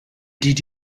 did